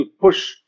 push